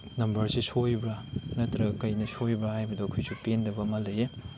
ꯅꯝꯕꯔꯁꯤ ꯁꯣꯏꯕ꯭ꯔꯥ ꯅꯠꯇꯔꯒ ꯀꯔꯤꯅ ꯁꯣꯏꯕ꯭ꯔꯥ ꯍꯥꯏꯕꯗꯨ ꯑꯩꯈꯣꯏꯁꯨ ꯄꯦꯟꯗꯕ ꯑꯃ ꯂꯩꯌꯦ